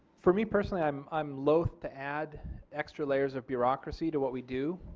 for me personally i am um loath to add extra layers of bureaucracy to what we do.